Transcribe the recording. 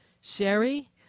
Sherry